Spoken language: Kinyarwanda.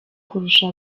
kurusha